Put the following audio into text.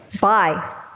Bye